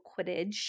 Quidditch